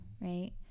Right